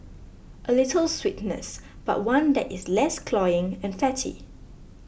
a little sweetness but one that is less cloying and fatty